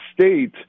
State